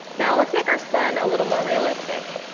now, let's make our sun a little more realistic.